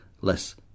less